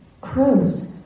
crows